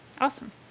Awesome